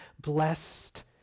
blessed